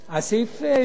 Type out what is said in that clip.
איזה סעיף זה בסדר-היום?